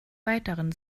weiteren